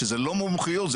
שלא לא מומחיות,